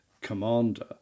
commander